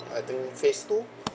I think phase two